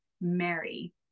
Mary